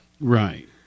right